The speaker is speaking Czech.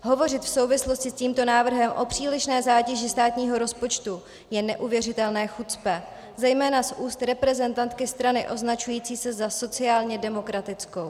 Hovořit v souvislosti s tímto návrhem o přílišné zátěži státního rozpočtu je neuvěřitelné chucpe, zejména z úst reprezentantky strany označující se za sociálně demokratickou.